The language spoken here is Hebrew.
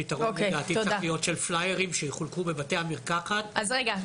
לדעתי הפתרון צריך להיות של פלאיירים שיחולקו בבתי המרקחת --- רגע,